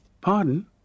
Pardon